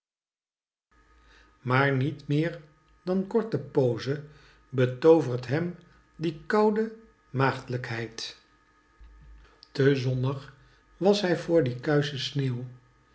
maar niet meer dan korte pooze betooverd hem die koude maagdlijkheid te zonnig was hij voor die kuische sneeuw